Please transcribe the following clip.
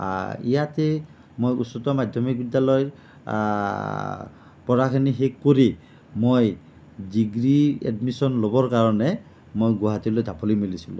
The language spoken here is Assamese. ইয়াতেই মই উচচতৰ মাধ্যমিক বিদ্যালয় পঢ়াখিনি শেষ কৰি মই ডিগ্ৰীত এডমিছন ল'বৰ কাৰণে মই গুৱাহাটীলৈ ঢাপলি মেলিছিলোঁ